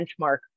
benchmark